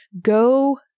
go